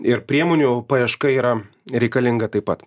ir priemonių paieška yra reikalinga taip pat